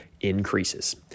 increases